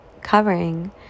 covering